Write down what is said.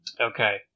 Okay